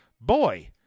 Boy